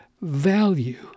value